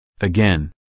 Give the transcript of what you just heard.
Again